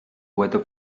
weather